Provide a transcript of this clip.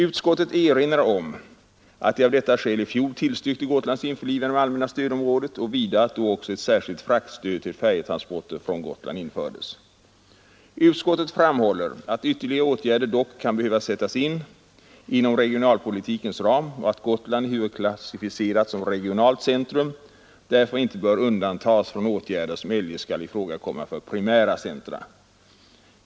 Utskottet erinrar om att det av detta skäl i fjol tillstyrkte Gotlands införlivande med det allmänna stödområdet och vidare att då också ett särskilt fraktstöd till färjetransporter från Gotland infördes. Utskottet framhåller att ytterligare åtgärder dock kan behöva sättas in inom regionalpolitikens ram och att Gotland, ehuru klassificerat som regionalt centrum, därför inte bör undantas från åtgärder som eljest skall ifrågakomma för primära centra.